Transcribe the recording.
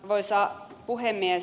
arvoisa puhemies